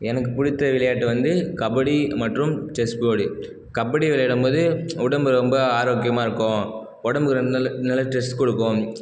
எனக்கு பிடித்த விளையாட்டு வந்து கபடி மற்றும் செஸ் போர்ட் கபடி விளையாடும் போது உடம்பு ரொம்ப ஆரோக்கியமாக இருக்கும் உடம்புக்கு நல்ல ஸ்ட்ரெஸ் கொடுக்கும்